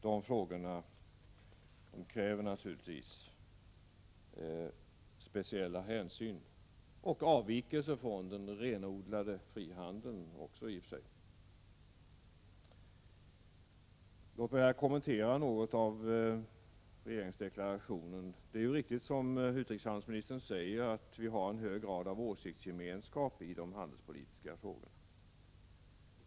De kräver naturligtvis speciella hänsyn och i och för sig också avvikelser från den renodlade frihandelspolitiken. Låt mig här något kommentera regeringsdeklarationen. Det är ju riktigt som utrikeshandelsministern säger att vi har en hög grad av åsiktsgemenskap i de handelspolitiska frågorna.